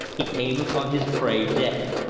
he came upon his prey dead.